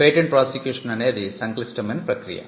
patent prosecution అనేది సంక్లిష్టమైన ప్రక్రియ